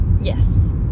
yes